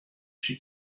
she